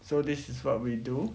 so this is what we do